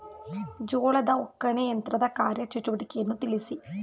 ಜೋಳದ ಒಕ್ಕಣೆ ಯಂತ್ರದ ಕಾರ್ಯ ಚಟುವಟಿಕೆಯನ್ನು ತಿಳಿಸಿ?